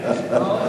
הליכוד,